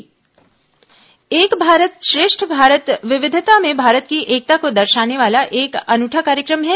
एक भारत श्रेष्ठ भारत एक भारत श्रेष्ठ भारत विविधता में भारत की एकता को दर्शाने वाला एक अनूठा कार्यक्रम है